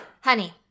Honey